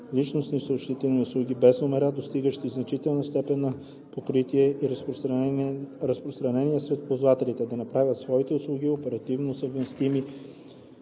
междуличностни съобщителни услуги без номера, достигащи значителна степен на покритие и разпространение сред ползвателите, да направят своите услуги оперативно съвместими.“